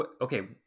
okay